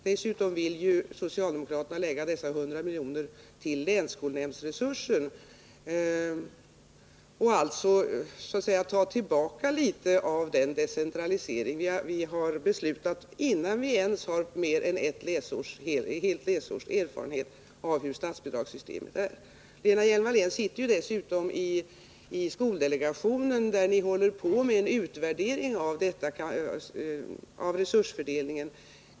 Dessutom vill socialdemokraterna lägga dessa 100 miljoner till länsskolnämndsresurser och alltså så att säga ta tillbaka litet av den decentralisering som vi har beslutat om, innan vi ens har fått mer än ett läsårs erfarenhet av hur statsbidragssystemet är. Lena Hjelm-Wallén sitter dessutom i skoldelegationen, som håller på med en utvärdering av resursfördelningen.